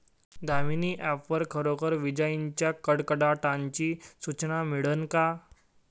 Damini app वर खरोखर विजाइच्या कडकडाटाची सूचना मिळन का?